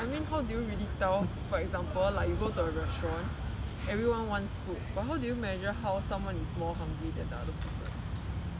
I mean how do you really tell for example like you go to restaurant everyone wants food but how do you measure how someone is more hungry than the other person